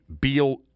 beal